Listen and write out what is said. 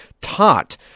taught